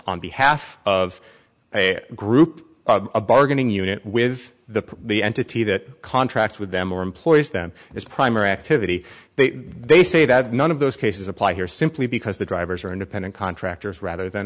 on behalf of a group a bargaining unit with the the entity that contract with them or employs them is primary activity they say that none of those cases apply here simply because the drivers are independent contractors rather than